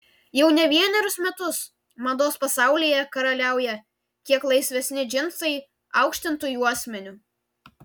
jau ne vienerius metus mados pasaulyje karaliauja kiek laisvesni džinsai aukštintu juosmeniu